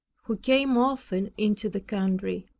who came often into the country.